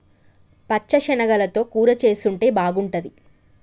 పచ్చ శనగలతో కూర చేసుంటే బాగుంటది